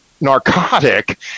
narcotic